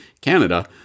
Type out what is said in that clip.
Canada